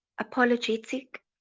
apologetic